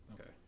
Okay